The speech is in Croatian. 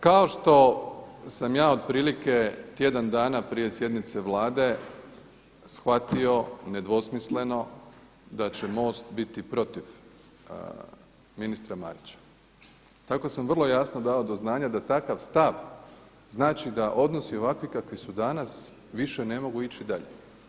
Kao što sam ja otprilike tjedan dana prije sjednice Vlade shvatio nedvosmisleno da će MOST biti protiv ministra Marića tako sam vrlo jasno dao do znanja da takav stav znači da odnosi ovakvi kakvi su danas više ne mogu ići dalje.